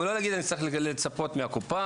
ולא להגיד אני צריך לצפות מהקופה,